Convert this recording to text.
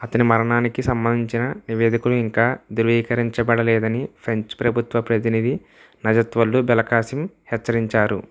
అతని మరణానికి సంబంధించిన నివేదికలు ఇంకా ధృవీకరించబడలేదని ఫ్రెంచ్ ప్రభుత్వ ప్రతినిధి నజత్ వలుడు బెలకాసిమ్ హెచ్చరించారు